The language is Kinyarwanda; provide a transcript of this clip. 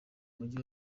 mujyi